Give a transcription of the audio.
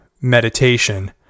meditation